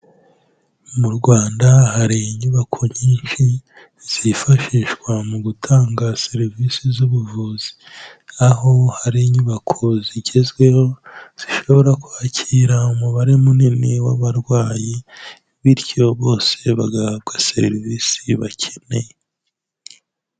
Mu Rwanda hari inyubako nyinshi zifashishwa mu gutanga serivisi z'ubuvuzi, aho hari inyubako zigezweho zishobora kwakira umubare munini w'abarwayi bityo bose bagahabwa serivisi bakeneye.